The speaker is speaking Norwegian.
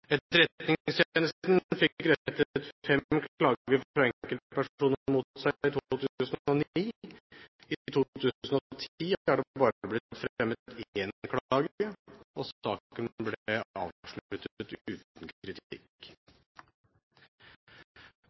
fikk rettet fem klager fra enkeltpersoner mot seg i 2009. I 2010 er det bare blitt fremmet én klage. Saken ble avsluttet uten kritikk.